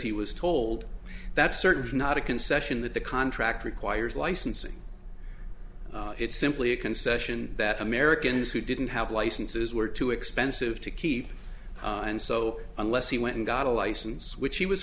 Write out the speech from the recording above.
he was told that's certainly not a concession that the contract requires licensing it's simply a concession that americans who didn't have licenses were too expensive to keep and so unless he went and got a license which he was